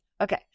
Okay